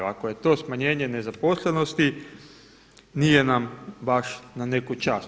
Ako je to smanjenje nezaposlenosti nije nam baš na neku čast.